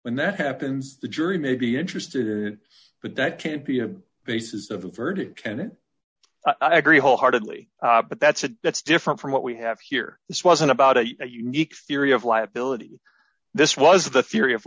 when that happens the jury may be interested but that can't be a basis of a verdict can it i agree wholeheartedly but that's a that's different from what we have here this wasn't about a unique theory of liability this was the theory of